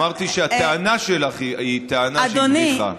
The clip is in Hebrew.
אמרתי שהטענה לך היא טענה שהיא בדיחה.